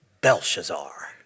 Belshazzar